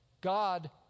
God